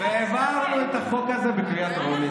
והעברנו את החוק הזה בקריאה טרומית.